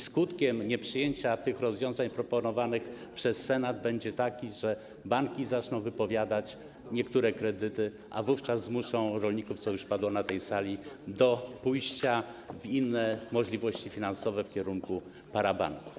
Skutek nieprzyjęcia tych rozwiązań proponowanych przez Senat będzie taki, że banki zaczną wypowiadać niektóre kredyty, a wówczas zmuszą rolników - to już padło na tej sali - do pójścia w stronę innych możliwości finansowych, w kierunku parabanków.